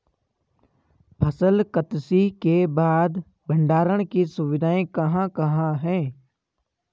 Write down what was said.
फसल कत्सी के बाद भंडारण की सुविधाएं कहाँ कहाँ हैं?